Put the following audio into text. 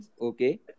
okay